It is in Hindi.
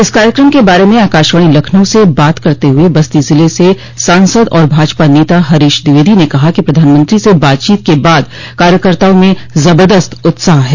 इस कार्यक्रम के बारे में आकाशवाणी लखनऊ से बात करते हुए बस्ती जिले से सांसद और भाजपा नेता हरीश द्विवेदी ने कहा कि प्रधानमंत्री से बातचीत के बाद कार्यकर्ताओं में जबरदस्त उत्साह है